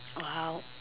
!wow!